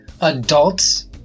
adults